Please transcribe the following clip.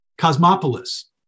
cosmopolis